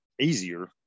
easier